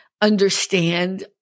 understand